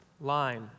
line